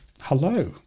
Hello